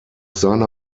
seiner